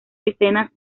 escenas